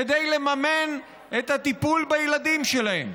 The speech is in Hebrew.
כדי לממן את הטיפול בילדים שלהם.